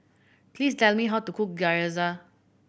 please tell me how to cook Gyoza